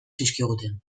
zizkiguten